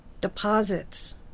deposits